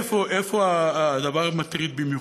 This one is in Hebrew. איפה הדבר מטריד במיוחד: